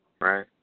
Right